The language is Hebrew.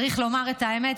צריך לומר את האמת,